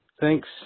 Thanks